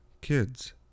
kids